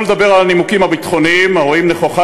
שלא לדבר על הנימוקים הביטחוניים הרואים נכוחה